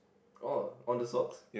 oh on the socks